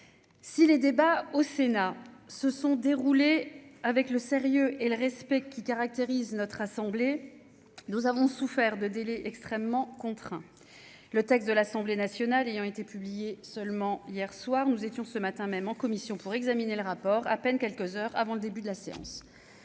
si les débats au Sénat, se sont déroulées avec le sérieux et le respect qui caractérise notre assemblée, nous avons souffert de délai extrêmement contraint le texte de l'Assemblée nationale ayant été publié seulement hier soir, nous étions ce matin même en commission pour examiner le rapport à peine quelques heures avant le début de la séance,